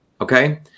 okay